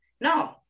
no